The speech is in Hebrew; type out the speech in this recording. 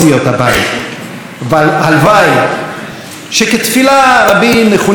הלוואי שכתפילת רבי נחוניא בן הַקנה: